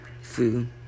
food